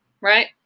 right